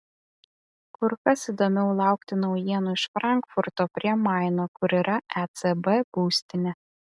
kur kas įdomiau laukti naujienų iš frankfurto prie maino kur yra ecb būstinė